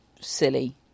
silly